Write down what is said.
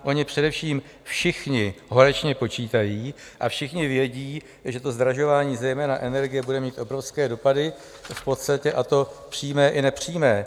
Oni především všichni horečně počítají a všichni vědí, že to zdražování zejména energie bude mít obrovské dopady v podstatě, a to přímé i nepřímé.